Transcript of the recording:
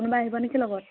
কোনোবা আহিবনে কি লগত